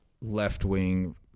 left-wing